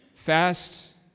Fast